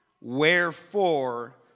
wherefore